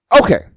okay